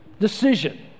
decision